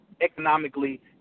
economically